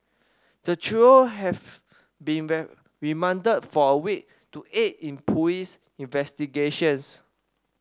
the trio have been remanded for a week to aid in police investigations